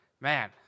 Man